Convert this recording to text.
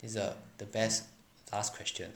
is th~ the best ask question